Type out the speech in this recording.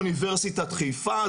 אוניברסיטת חיפה,